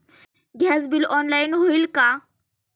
Gas bill online होईल का?